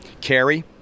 carry